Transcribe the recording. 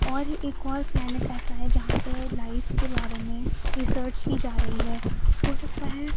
اور ایک اور پلینیٹ ایسا ہے جہاں پہ لائف کے بارے میں ریسرچ کی جا رہی ہے ہو سکتا ہے